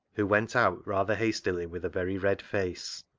who went out rather hastily with a very red face.